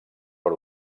per